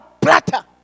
platter